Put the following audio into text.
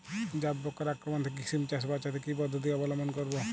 জাব পোকার আক্রমণ থেকে সিম চাষ বাচাতে কি পদ্ধতি অবলম্বন করব?